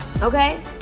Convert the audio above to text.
okay